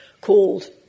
called